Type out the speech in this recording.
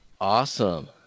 Awesome